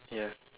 ya